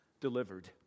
delivered